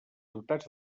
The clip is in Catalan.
ciutats